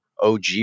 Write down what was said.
OG